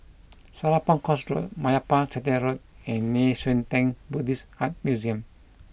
Serapong Course Road Meyappa Chettiar Road and Nei Xue Tang Buddhist Art Museum